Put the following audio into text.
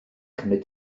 cymryd